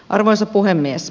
arvoisa puhemies